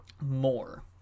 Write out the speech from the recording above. more